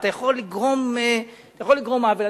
אתה יכול לגרום עוול.